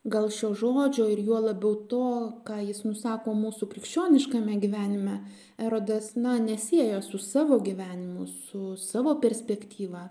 gal šio žodžio ir juo labiau to ką jis nusako mūsų krikščioniškame gyvenime erodas na nesieja su savo gyvenimu su savo perspektyvą